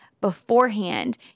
beforehand